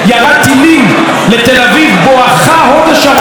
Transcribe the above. ירה טילים לתל אביב בואכה הוד השרון.